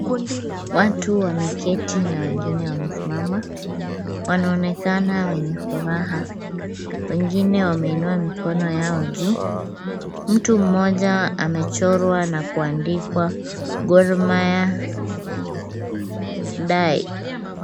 Watu wameketi na wengine wamesimama, wanaonekana wenye furaha, wengine wameinua mikono yao juu. Mtu mmoja amechorwa na kuandikwa Gor Mahia die .